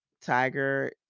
Tiger